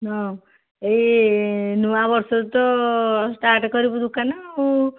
ହଁ ଏଇ ନୂଆ ବର୍ଷ ତ ଷ୍ଟାର୍ଟ କରିବୁ ଦୋକାନ ଆଉ